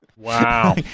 Wow